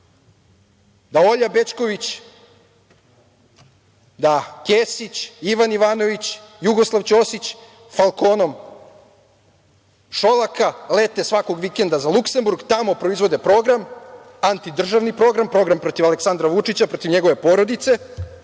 da Olja Bećković, da Kesić, Ivan Ivanović, Jugoslav Ćosić, „Falkonom“ Šolaka, lete svakog vikenda za Luksemburg, tamo proizvode program, antidržavni program, program protiv Aleksandra Vučića, protiv njegove porodice.